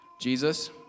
Jesus